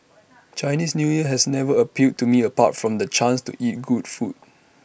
Chinese New Year has never appealed to me apart from the chance to eat good food